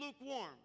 lukewarm